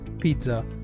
pizza